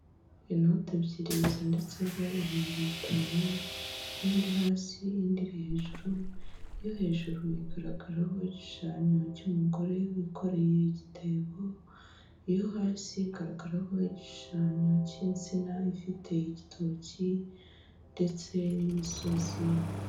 Inoti ebyiri zanditseho ibihumbi bitanu, imwe iri hasi indi iri hejuru, iyo hejuru igaragaraho igishushanyo cy'umugore wikoreye igitebo, iyo hasi igaragaraho igishushanyo cy'insina ifite igitoki ndetse n'imisozi.